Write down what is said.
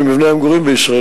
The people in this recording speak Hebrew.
ממבני המגורים בישראל,